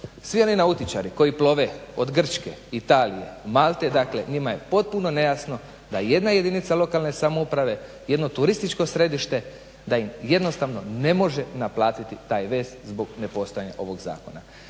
Svi oni nautičari koji plove od Grčke, Italije, Malte njima je potpuno nejasno da jedna jedinica lokalne samouprave, jedno turističko središte da im jednostavno ne može naplatiti taj vez zbog nepostojanja ovog zakona.